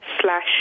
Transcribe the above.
slash